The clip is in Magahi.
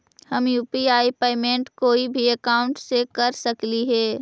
हम यु.पी.आई पेमेंट कोई भी अकाउंट से कर सकली हे?